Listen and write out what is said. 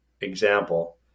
example